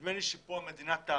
נדמה לי שפה המדינה טעתה